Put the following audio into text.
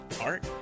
art